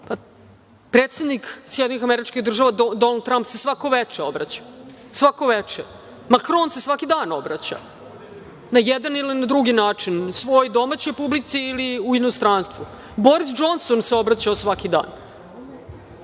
pa predsednik Sjedinjenih Američkih Država, Donald Tramp se svako veče obraća, Makron se svaki dan obraća, na jedan ili na drugi način, svojoj domaćoj publici ili u inostranstvu, Boris Džonson se obraćao svaki dan,